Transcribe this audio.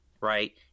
right